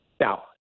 Now